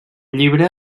llibre